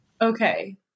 Okay